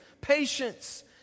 patience